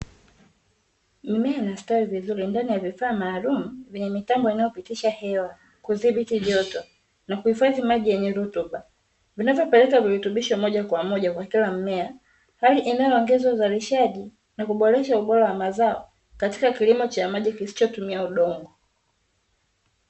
Mimea inasitawi vizuri ndani ya vifaa maalumu vyenye mitambo inayopitisha hewa kudhibiti joto na kuhifadhi maji yenye rutuba, vinavyopeleka virutubisho mojakwamoja kwa kila mmea, hali inayoongeza uzalishaji na kuboresha ubora wa mazao katika kilimo cha maji kisichotumia udongo.